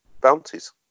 bounties